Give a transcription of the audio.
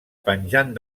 penjant